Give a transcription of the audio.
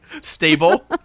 Stable